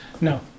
No